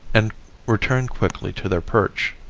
and return quickly to their perch.